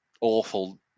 awful